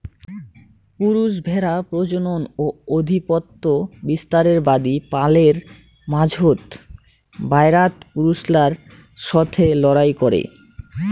পুরুষ ভ্যাড়া প্রজনন ও আধিপত্য বিস্তারের বাদী পালের মাঝোত, বায়রাত পুরুষলার সথে লড়াই করে